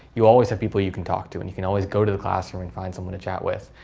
you always have people you can talk to. and you can always go to the classroom and find someone to chat with.